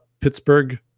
Pittsburgh